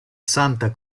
santa